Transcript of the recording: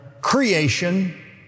creation